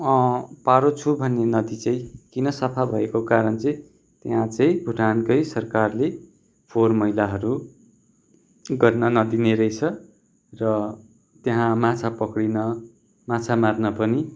पारोछु भन्ने नदी चाहिँ किन सफा भएको कारण चाहिँ त्यहाँ चाहिँ भुटानकै सरकारले फोहोर मैलाहरू गर्न नदिने रहेछ र त्यहाँ माछा पक्रिन माछा मार्न पनि